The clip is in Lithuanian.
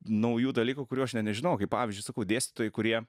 naujų dalykų kurių aš ne nežinau kaip pavyzdžiui sakau dėstytojai kurie